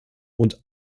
und